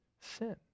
sin